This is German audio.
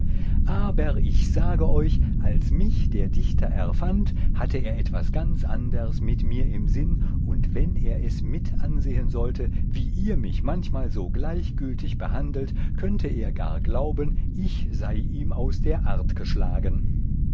aber ich sage euch als mich der dichter erfand hatte er ganz was anders mit mir im sinn und wenn er es mit ansehen sollte wie ihr mich manchmal so gleichgültig behandelt könnte er gar glauben ich sei ihm aus der art geschlagen